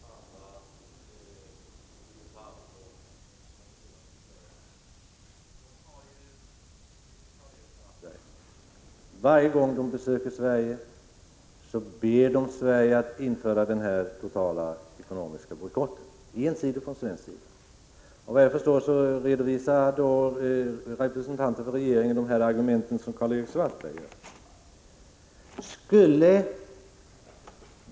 Fru talman! Varje gång representanter för de svartas organisationer besöker Sverige, Karl-Erik Svartberg, ber de Sverige att införa denna totala ekonomiska bojkott, ensidigt från svensk sida. Vad jag förstår redovisar då representanter för regeringen de argument som Karl-Erik Svartberg framför.